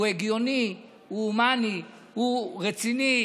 שהוא הגיוני, הוא הומני, הוא רציני.